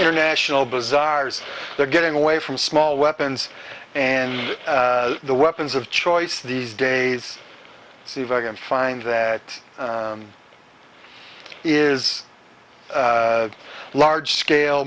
international bazaars they're getting away from small weapons and the weapons of choice these days see if i can find that it is large scale